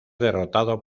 derrotado